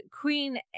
Queen